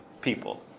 people